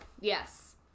Yes